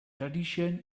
tradition